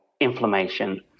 inflammation